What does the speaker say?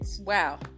Wow